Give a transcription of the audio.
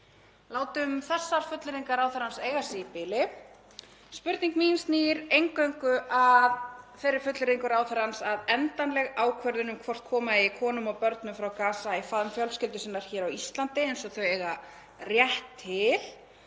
Látum þessar fullyrðingar ráðherrans eiga sig í bili. Spurning mín snýr eingöngu að þeirri fullyrðingu ráðherrans að endanleg ákvörðun um hvort koma eigi konum og börnum frá Gaza í faðm fjölskyldu sinnar hér á Íslandi eins og þau eiga rétt til